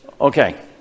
Okay